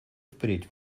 впредь